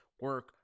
Work